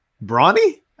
Brawny